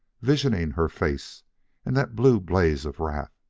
visioning her face and that blue blaze of wrath,